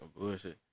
Bullshit